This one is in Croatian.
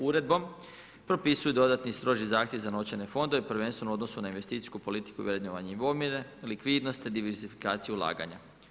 Uredbom propisuju se dodatni stroži zahtjevi za novčane fondove prvenstveno u odnosu na investicijsku politiku i vrednovanje … likvidnosti, diversifikaciju ulaganja.